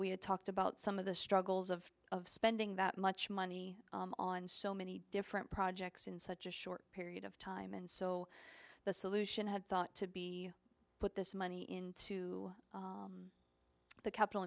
we had talked about some of the struggles of of spending that much money on so many different projects in such a short period of time and so the solution had thought to be put this money into the capital